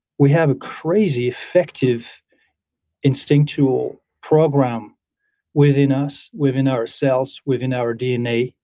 we have a crazy effective instinctual program within us, within ourselves, within our dna,